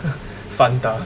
fun ah